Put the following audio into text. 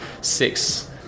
six